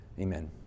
Amen